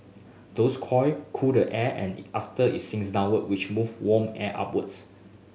those coil cool the air after it sinks downwards which move warm air upwards